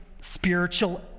spiritual